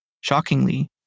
Shockingly